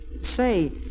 Say